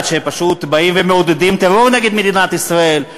שפשוט באים ומעודדים טרור נגד מדינת ישראל,